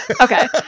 Okay